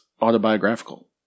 autobiographical